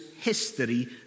history